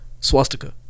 swastika